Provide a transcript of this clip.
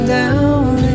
down